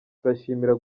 turashimira